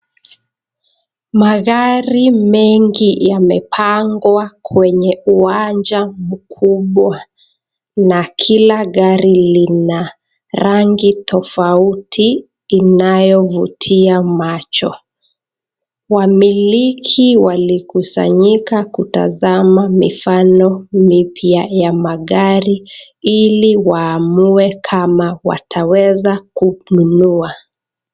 Magari mengi yamepangwa kwenye uwanja mkubwa, na kila gari Lina rangi tofauti inayofutia macho. Wamiliki walikusanyika kutazama mifano mipya ya magari ili wanaume kama watanunua.